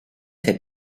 fait